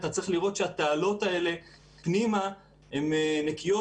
אתה צריך לראות שהתעלות בפנים נקיות,